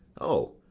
o,